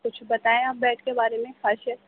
کچھ بتائیں آپ بیڈ کے بارے میں خاصیت